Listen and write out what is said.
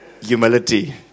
humility